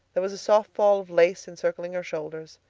there was a soft fall of lace encircling her shoulders.